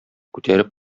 күтәреп